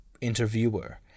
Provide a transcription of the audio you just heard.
Interviewer